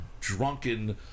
drunken